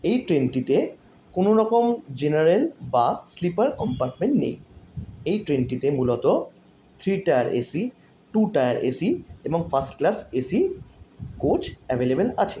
এই ট্রেনটিতে কোনো রকম জেনারেল বা স্লিপার কমপার্টমেন্ট নেই এই ট্রেনটিতে মূলত three tier AC two tier AC এবং ফার্স্ট ক্লাস এসির কোচ অ্যাভেলেবল আছে